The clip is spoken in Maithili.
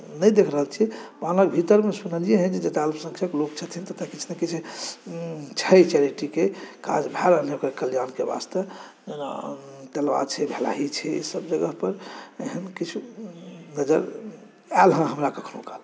नहि देखि रहल छी बान्हक भीतरमे सुनलियै हन जतऽ अल्पसंख्यक लोक छथिन तऽ तऽ किछु ने किछु छै चैरिटीकेँ काज भए रहलै हँ ओकर कल्याणकेँ वास्ते जेना तलाव छै भेलाही छै ई सब जगह पर एहन किछु नजर आयल हँ हमरा कखनो काल